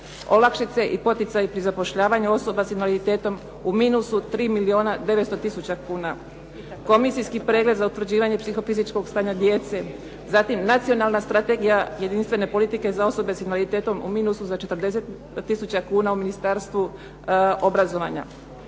olakšice i poticaji pri zapošljavanju osoba s invaliditetom u minusu 3 milijuna 900 tisuća kuna, komisijski pregled za utvrđivanje psihičko-fizičkog stanja djece, zatim Nacionalna strategija jedinstvene politike za osobe s invaliditetom u minusu za 40 tisuća kuna u Ministarstvu obrazovanja,